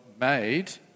made